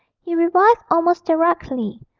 he revived almost directly,